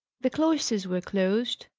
the cloisters were closed,